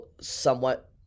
somewhat